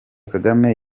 kagame